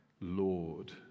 Lord